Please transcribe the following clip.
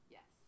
Yes